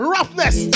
Roughness